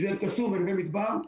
שהם אל קסום ונווה מדבר,